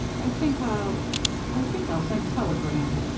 i think i'll i think i'll send a telegram.